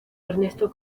ernesto